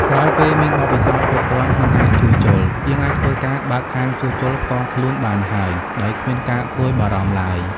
ក្រោយពេលមានបទពិសោធន៍គ្រប់គ្រាន់ក្នុងការជួលជុល យើងអាចធ្វើការបើកហាងជួសជុលផ្ទាល់ខ្លួនបានហើយ ដោយគ្មានការព្រួយបារម្ភទ្បើយ។